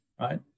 right